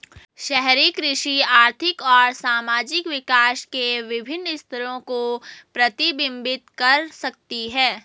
शहरी कृषि आर्थिक और सामाजिक विकास के विभिन्न स्तरों को प्रतिबिंबित कर सकती है